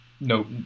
No